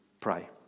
pray